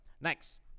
Next